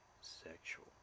sexual